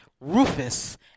Rufus